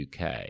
UK